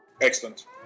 Excellent